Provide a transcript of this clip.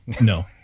no